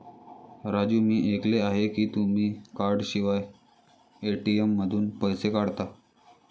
राजू मी ऐकले आहे की तुम्ही कार्डशिवाय ए.टी.एम मधून पैसे काढता